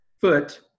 foot